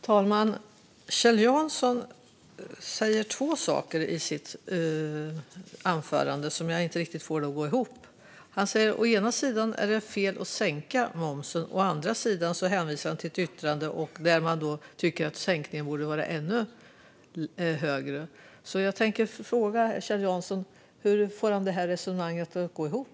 Herr talman! Kjell Jansson säger två saker i sitt anförande som jag inte riktigt får att gå ihop. Å ena sidan säger han att det är fel att sänka momsen. Å andra sidan hänvisar han till ett yttrande där man tycker att sänkningen borde vara ännu större. Jag tänkte fråga Kjell Jansson hur han får det här resonemanget att gå ihop.